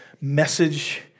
message